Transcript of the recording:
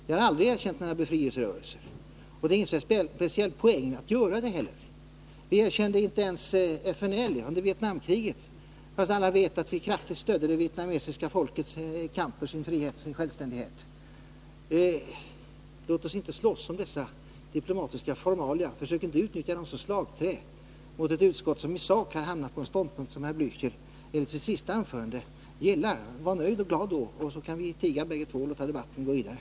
Vi har aldrig erkänt några befrielserörelser, och det är inte heller någon speciell poäng att göra det. Vi erkände inte ens FNL under Vietnamkriget, fastän alla vet att vi kraftigt stödde det vietnamesiska folkets kamp för sin frihet och sin självständighet. 125 Låt oss inte slåss om dessa diplomatiska formalia, och försök inte utnyttja dem som slagträ mot ett utskott som i sak har hamnat på en ståndpunkt som herr Blächer enligt sitt senaste anförande gillar! Var då i stället nöjd och glad, så kan vi tiga bägge två och låta debatten gå vidare!